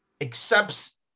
accepts